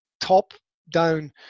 top-down